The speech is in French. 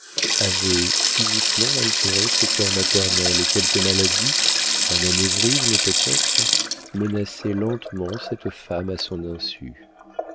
avaient physiquement altéré ce cœur maternel et quelque maladie un anévrisme peut-être menaçait lentement cette femme à son insu